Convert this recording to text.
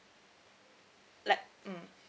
like mm